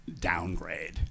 downgrade